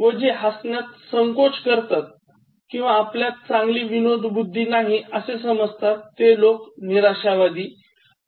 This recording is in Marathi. व जे हसण्यास संकोच करतात किंवा आपल्यात चांगली विनोदबुद्धी नाही असे समजतात ते लोक निराशावादी